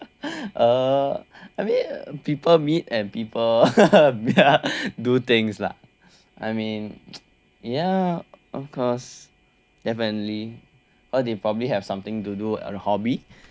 uh I mean people meet and people do things lah I mean ya of course definitely or they probably have something to do or hobby